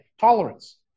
Tolerance